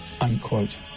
unquote